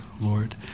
Lord